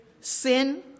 sin